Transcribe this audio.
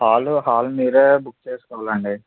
hall hall మీరే book చేసుకోవాలి అండి